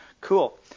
Cool